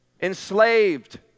enslaved